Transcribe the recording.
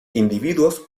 individuos